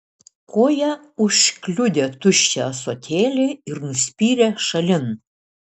koja užkliudė tuščią ąsotėlį ir nuspyrė šalin